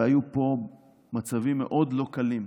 והיו פה מצבים מאוד לא קלים,